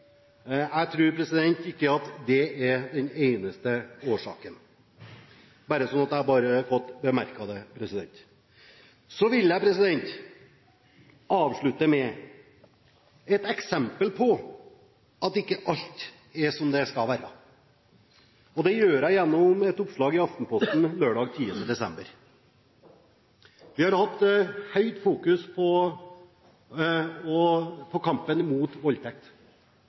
Jeg tror ikke at det er den eneste årsaken, bare så jeg har fått bemerket det. Så vil jeg avslutte med et eksempel på at ikke alt er som det skal være, og det gjør jeg med et oppslag i Aftenposten lørdag 10. desember. Vi har hatt høyt fokus på kampen mot voldtekt,